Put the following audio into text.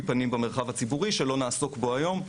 פנים במרחב הציבורי שלא נעסוק בו היום,